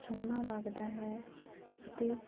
ਸੋਹਣਾ ਲੱਗਦਾ ਹੈ ਅਤੇ